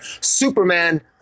Superman